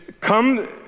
come